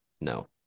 No